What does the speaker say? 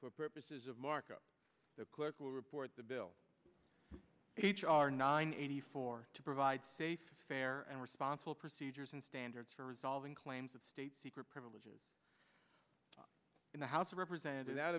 for purposes of markup the clerk will report the bill h r nine eighty four to provide safe fair and responsible procedures and standards for resolving claims of state secret privileges in the house of representative that